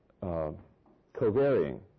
co-varying